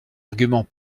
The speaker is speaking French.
arguments